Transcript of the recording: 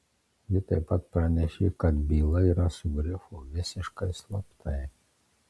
ji taip pat pranešė kad byla yra su grifu visiškai slaptai